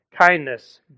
kindness